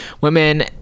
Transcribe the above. women